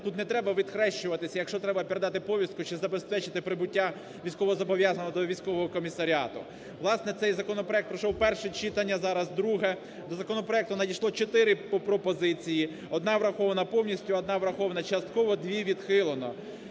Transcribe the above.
тут не треба відхрещуватися, якщо треба передати повістку чи забезпечити прибуття військовозобов'язаного до військового комісаріату. Власне, цей законопроект пройшов перше читання, зараз друге. До законопроекту надійшло чотири пропозиції. Одна врахована повністю, одна врахована частково, дві відхилено.